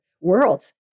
worlds